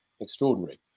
extraordinary